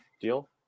deal